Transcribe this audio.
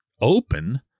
open